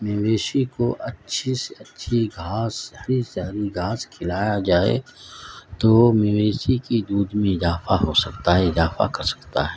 مویشی کو اچھی سے اچھی گھاس ہری سے ہری گھاس کھلایا جائے تو مویشی کی دودھ میں اضافہ ہو سکتا ہے اضافہ کر سکتا ہے